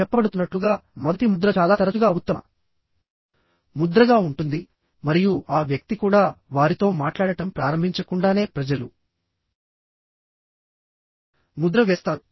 చెప్పబడుతున్నట్లుగా మొదటి ముద్ర చాలా తరచుగా ఉత్తమ ముద్రగా ఉంటుంది మరియు ఆ వ్యక్తి కూడా వారితో మాట్లాడటం ప్రారంభించకుండానే ప్రజలు ముద్ర వేస్తారు